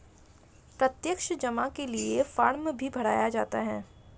प्रत्यक्ष जमा के लिये फ़ार्म भी भराया जाता है